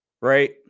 right